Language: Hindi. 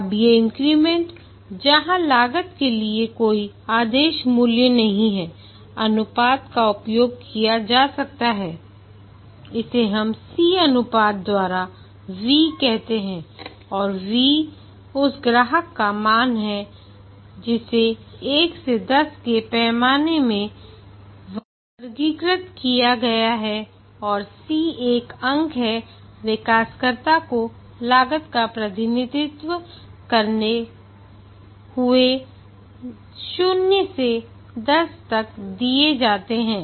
अब ये इंक्रीमेंट जहां लागत के लिए कोई आदेश मूल्य नहीं है अनुपात का उपयोग किया जा सकता है इसे हम C अनुपात द्वारा V कहते हैं जहाँ V उस ग्राहक का मान है जिसे 1 से 10 के पैमाने में वर्गीकृत किया गया है और C एक अंक है विकासकर्ता को लागत का प्रतिनिधित्व करते हुए 0 से 10 दिए जाते हैं